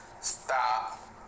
stop